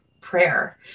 prayer